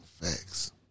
Facts